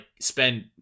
spend